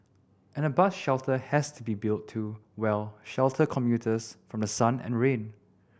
and a bus shelter has to be built to well shelter commuters from the sun and rain